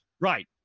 Right